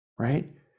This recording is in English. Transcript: Right